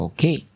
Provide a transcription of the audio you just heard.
Okay